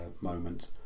moment